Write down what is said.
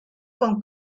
con